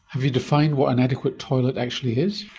have you defined what an adequate toilet actually is?